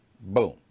Boom